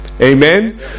Amen